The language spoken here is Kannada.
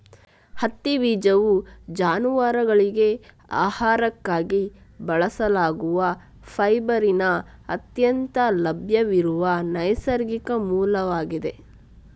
ಹತ್ತಿ ಬೀಜವು ಜಾನುವಾರುಗಳಿಗೆ ಆಹಾರಕ್ಕಾಗಿ ಬಳಸಲಾಗುವ ಫೈಬರಿನ ಅತ್ಯಂತ ಲಭ್ಯವಿರುವ ನೈಸರ್ಗಿಕ ಮೂಲವಾಗಿದೆ